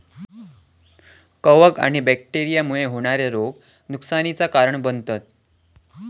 कवक आणि बैक्टेरिया मुळे होणारे रोग नुकसानीचा कारण बनतत